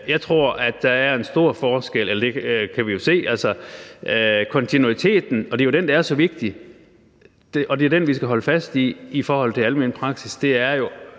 Jeg tror, der er stor forskel – eller det kan vi jo se i forhold til kontinuiteten. Det er den, der er så vigtig, og det er jo den, vi skal holde fast i i forhold til almen praksis. Det er jo